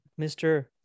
Mr